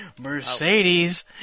Mercedes